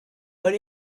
but